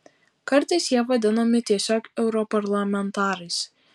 kartais jie vadinami tiesiog europarlamentarais